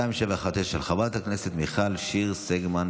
2719/25. חברת הכנסת מיכל שיר סגמן,